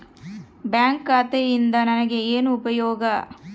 Bank ಖಾತೆಯಿಂದ ನನಗೆ ಏನು ಉಪಯೋಗ?